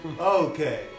Okay